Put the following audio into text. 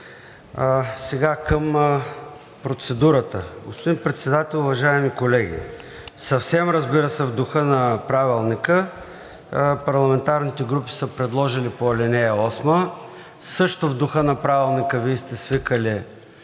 Към процедурата – господин Председател, уважаеми колеги, съвсем, разбира се, в духа на Правилника парламентарните групи са предложили по ал. 8, също в духа на Правилника, Вие сте свикали